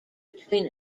between